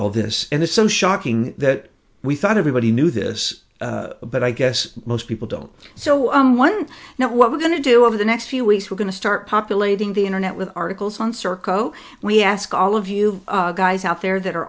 of this and the so shocking that we thought everybody knew this but i guess most people don't so own one now what we're going to do over the next few weeks we're going to start populating the internet with articles on serco we ask all of you guys out there that are